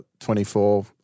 24